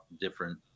different